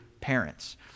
parents